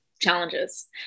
challenges